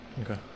Okay